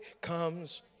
comes